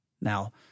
Now